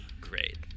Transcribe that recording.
great